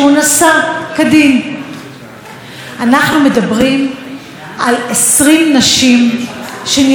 אנחנו מדברים על 20 נשים שנרצחו מתחילת השנה.